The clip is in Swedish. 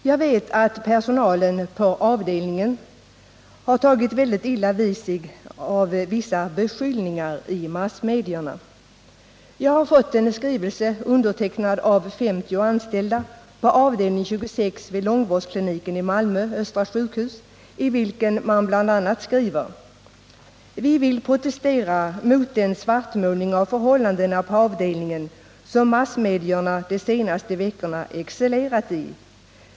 Jag vet att personalen på avdelningen har tagit väldigt illa vid sig av vissa beskyllningar i massmedierna. Jag har fått en skrivelse, undertecknad av 50 anställda på avdelning 26 vid långvårdskliniken på Malmö Östra sjukhus, i vilken man bl.a. skriver: ”Vi vill protestera mot den svartmålning av förhållandena på avdelningen som massmedierna de senaste veckorna excellerat i.